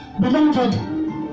beloved